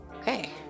Okay